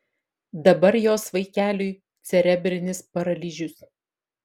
dabar jos vaikeliui cerebrinis paralyžius